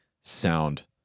sound